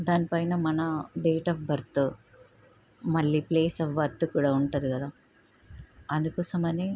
దానిపైన మన date of birth మళ్ళీ ప్లేస్ అఫ్ బర్త్ కూడా ఉంటుంది కదా అందుకోసమని